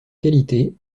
qualité